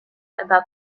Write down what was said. about